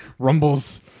rumbles